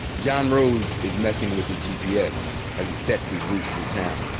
john rhodes is messing with his gps as he sets his route through town.